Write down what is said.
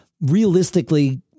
realistically